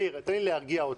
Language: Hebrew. מאיר, תן לי להרגיע אותך.